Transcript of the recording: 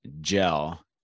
gel